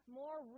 more